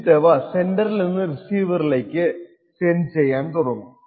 എന്നിട്ടവ സെൻഡറിൽ നിന്ന് റിസീവറിലേക്കു സെൻഡ് ചെയ്യാൻ തുടങ്ങും